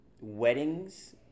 weddings